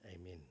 amen